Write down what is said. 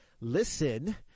listen